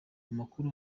amakuru